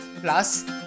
Plus